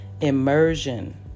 Immersion